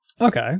Okay